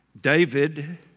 David